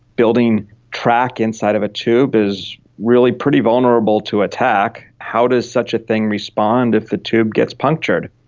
building track inside of a tube is really pretty vulnerable to attack. how does such a thing respond if the tube gets punctured?